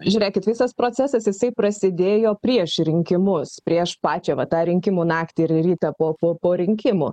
žiūrėkit visas procesas jisai prasidėjo prieš rinkimus prieš pačią va tą rinkimų naktį ir rytą po po po rinkimų